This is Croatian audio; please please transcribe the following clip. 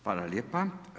Hvala lijepa.